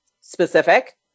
specific